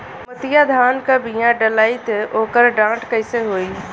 मोतिया धान क बिया डलाईत ओकर डाठ कइसन होइ?